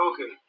Okay